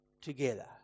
together